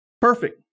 Perfect